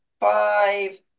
five